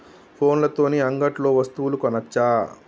ఫోన్ల తోని అంగట్లో వస్తువులు కొనచ్చా?